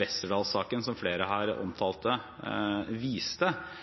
Westerdals-saken, som flere omtalte, viste, var at det var en sak som